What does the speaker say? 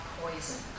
poison